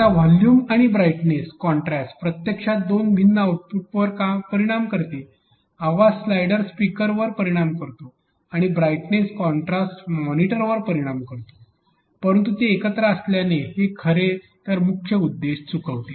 आता व्हॉल्यूम आणि brightness contrast प्रत्यक्षात दोन भिन्न आउटपुटवर परिणाम करते आवाज स्लायडर स्पीकर्सवर परिणाम करतो आणि ब्राइटनेस कॉन्ट्रास्ट मॉनिटरवर परिणाम करतो परंतु ते एकत्र असल्याने हे खरं तर मुख्य उद्देश चुकवते